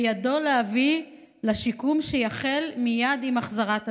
בידו להביא לשיקום שיחל מייד עם החזרת הבנים.